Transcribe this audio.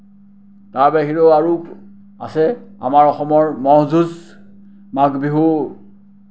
তাৰ বাহিৰেও আৰু আছে আমাৰ অসমৰ ম'হ যুঁজ মাঘ বিহু